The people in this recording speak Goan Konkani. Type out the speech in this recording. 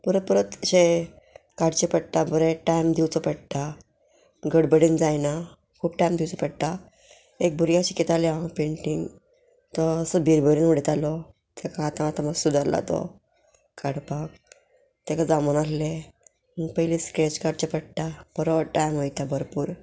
परत परत अशें काडचे पडटा बरें टायम दिवचो पडटा गडबडीन जायना खूब टायम दिवचो पडटा एक भुरग्यांक शिकयतालें हांव पेंटींग तो असो भिरभरून उडयतालो ताका आतां आतां मातसो सुदारला तो काडपाक ताका जमनासले पयली स्केच काडचे पडटा बरो टायम वोयता भरपूर